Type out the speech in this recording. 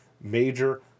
major